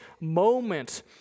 moment